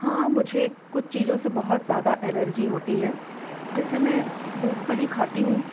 हाँ मुझे कुछ चीज़ों से बहुत ज़्यादा एलर्जी होती है जैसे मैं मूंगफली खाती हूँ